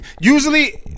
Usually